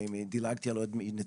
ואם דילגתי על עוד נציג,